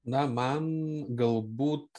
na man galbūt